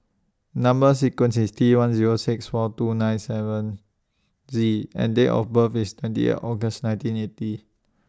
Number sequence IS T one Zero six four two seven nine Z and Date of birth IS twenty eight August nineteen eighty